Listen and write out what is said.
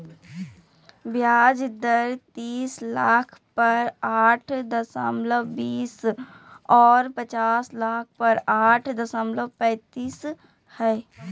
ब्याज दर तीस लाख पर आठ दशमलब बीस और पचास लाख पर आठ दशमलब पैतालीस हइ